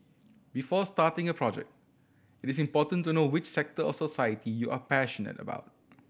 before starting a project it is important to know which sector of society you are passionate about